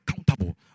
accountable